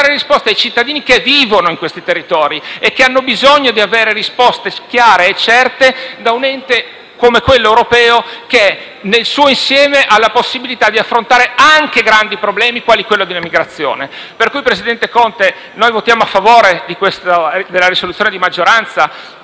ma ai cittadini che vivono in quei territori e che hanno bisogno di avere chiarezze e certezze da un ente come quello europeo che, nel suo insieme, ha la possibilità di affrontare anche grandi problemi quale quello dell'immigrazione. Presidente Conte, noi votiamo a favore della risoluzione di maggioranza